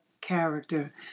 character